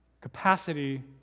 capacity